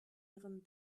ihren